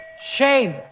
Shame